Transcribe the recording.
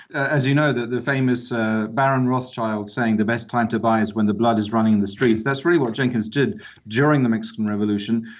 as you know, the the famous ah baron rothschild saying, the best time to buy is when the blood is running in the streets that's what jenkins did during the mexican revolution.